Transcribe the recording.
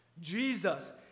Jesus